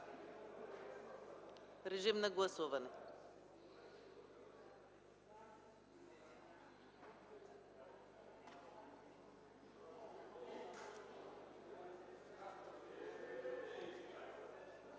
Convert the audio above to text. Режим на гласуване.